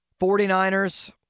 49ers